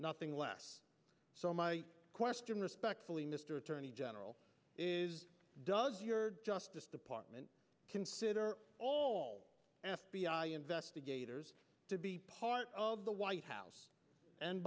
nothing less so my question respectfully mr attorney general does your justice department consider all f b i investigators to be part of the white